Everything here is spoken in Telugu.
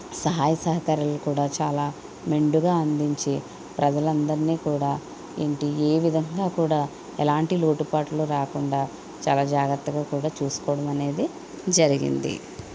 సహాయ సహకారాలు కూడా చాలా మెండుగా అందించే ప్రజలందరిని కూడా ఏంటి ఏ విధంగా కూడా ఎలాంటి లోటు పాట్లు రాకుండా చాలా జాగ్రత్తగా కూడా చూసుకోవడం అనేది జరిగింది